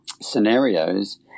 scenarios